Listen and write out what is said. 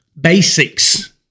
basics